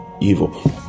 evil